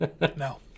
No